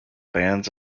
bands